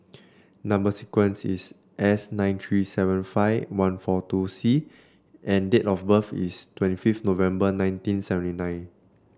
number sequence is S nine three seven five one four two C and date of birth is twenty fifth November nineteen seventy nine